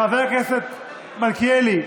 חבר הכנסת מלכיאלי,